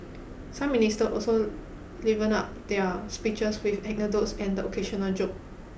some minister also livened up their speeches with anecdotes and the occasional joke